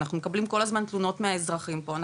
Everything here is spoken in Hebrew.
אנחנו מקבלים כל הזמן תלונות מהאזרחים פה,